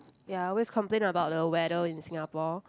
ya I always complain about the weather in Singapore